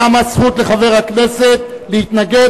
קמה זכות לחבר כנסת להתנגד,